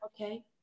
Okay